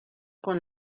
con